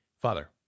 Father